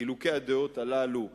חילוקי הדעות הללו קיימים.